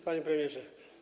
Panie Premierze!